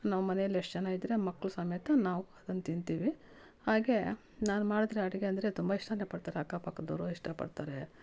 ನಾವು ಮನೆಯಲ್ಲಿ ಎಷ್ಟು ಜನ ಇದೀರ ಮಕ್ಕಳು ಸಮೇತ ನಾವು ಅದನ್ನು ತಿಂತೀವಿ ಹಾಗೆ ನಾನು ಮಾಡಿದ್ರೆ ಅಡಿಗೆ ಅಂದರೆ ತುಂಬ ಇಷ್ಟ ಪಡ್ತಾರೆ ಅಕ್ಕ ಪಕ್ಕದವರು ಇಷ್ಟಪಡ್ತಾರೆ